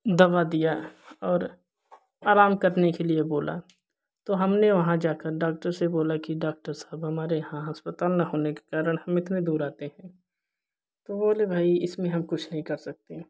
दवा दिया और आराम करने के लिए बोला तो हमने वह जा कर डॉक्टर से बोला डॉक्टर साहब हमारे यहाँ अस्पताल न होने के कारण हम इतने दूर आते हैं तो बोले भाई इसमें हम कुछ नहीं कर सकते